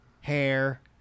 hair